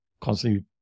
constantly